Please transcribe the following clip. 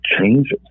changes